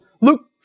Luke